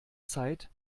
zeit